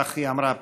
כך היא אמרה פעם,